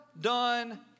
done